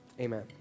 amen